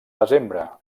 desembre